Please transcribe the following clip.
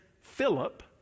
Philip